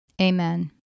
Amen